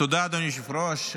תודה, אדוני היושב-ראש.